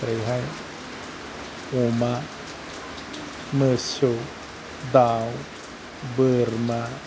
ओरैहाय अमा मोसौ दाव बोरमा